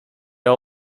are